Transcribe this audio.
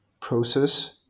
process